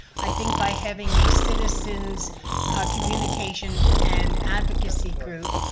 i think by having a citizens communication and advocacy group